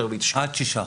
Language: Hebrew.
עד שישה אחוזים.